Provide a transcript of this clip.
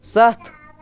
سَتھ